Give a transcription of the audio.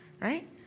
right